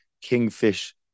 Kingfish